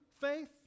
faith